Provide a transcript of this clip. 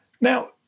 Now